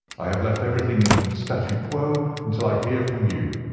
i have left everything in statu quo until i hear from you.